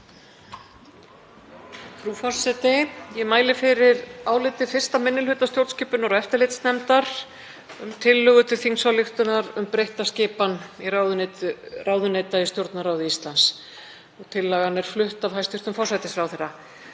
Frú forseti. Ég mæli fyrir áliti 1. minni hluta stjórnskipunar- og eftirlitsnefndar um tillögu til þingsályktunar um breytta skipan ráðuneyta í Stjórnarráði Íslands. Tillagan er flutt af hæstv. forsætisráðherra.